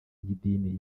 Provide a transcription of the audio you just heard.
y’idini